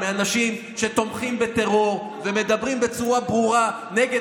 מאנשים שתומכים בטרור וממדברים בצורה ברורה נגד